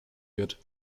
wird